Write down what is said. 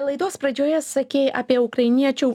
laidos pradžioje sakei apie ukrainiečių